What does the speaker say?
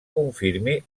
confirmi